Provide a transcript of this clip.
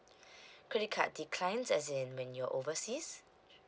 credit card decline as in when you're overseas